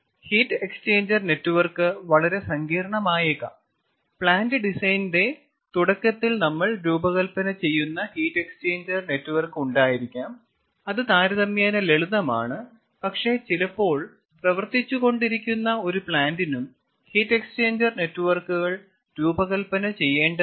heat exchanger network വളരെ സങ്കീർണമായേക്കാം plant ഡിസൈനിന്റെ തുടക്കത്തിൽ നമ്മൾ രൂപകൽപ്പന ചെയ്യുന്ന ഹീറ്റ് എക്സ്ചേഞ്ചർ നെറ്റ്വർക്ക് ഉണ്ടായിരിക്കാം അത് താരതമ്യേന ലളിതമാണ് പക്ഷേ ചിലപ്പോൾ പ്രവർത്തിച്ചു കൊണ്ടിരിക്കുന്ന ഒരു പ്ലാന്റിനും ഹീറ്റ് എക്സ്ചേഞ്ചർ നെറ്റ്വർക്കുകൾ രൂപകൽപ്പന ചെയ്യേണ്ടതുണ്ട്